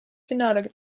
finale